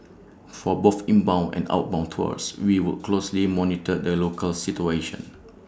for both inbound and outbound tours we will closely monitor the local situation